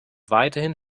weiterhin